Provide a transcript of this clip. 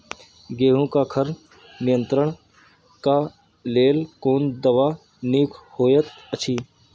गेहूँ क खर नियंत्रण क लेल कोन दवा निक होयत अछि?